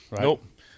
Nope